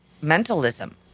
mentalism